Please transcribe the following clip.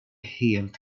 helt